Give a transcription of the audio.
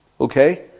okay